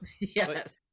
Yes